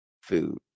food